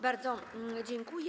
Bardzo dziękuję.